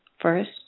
first